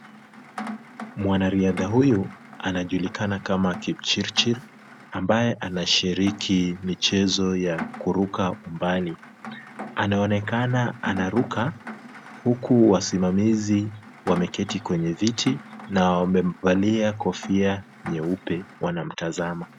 Mwanariadha huyu anajulikana kama Kipchirchir, ambaye anashiriki michezo ya kuruka umbali. Anaonekana anaruka huku wasimamizi wameketi kwenye viti na wamevalia kofia nyeupe, wanamtazama.